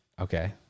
okay